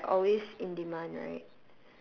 are like always in demand right